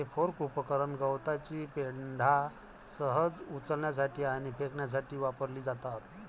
हे फोर्क उपकरण गवताची पेंढा सहज उचलण्यासाठी आणि फेकण्यासाठी वापरली जातात